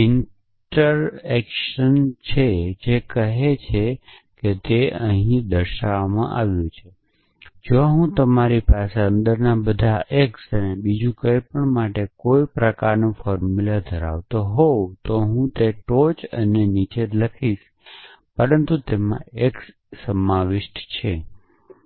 instantiation છે જેન હું ટોચ થી નીચે તરફ લખીશ અને જે કહે છે કે જો તમારી પાસે બધા x માટેની ફોર્મુલા હોય અને આની અંદર બીજું કઇ પણ હોય શકે પણ તેમાં x સમાવિષ્ટ હોવો જ જોઈએ